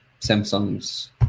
Samsungs